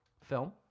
film